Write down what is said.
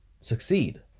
succeed